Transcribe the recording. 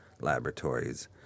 Laboratories